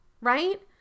right